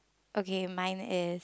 okay mine is